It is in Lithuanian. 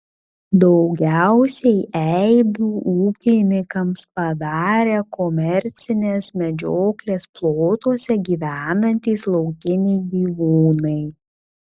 daugiausiai eibių ūkininkams padarė komercinės medžioklės plotuose gyvenantys laukiniai gyvūnai